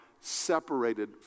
separated